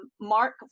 Mark